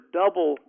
double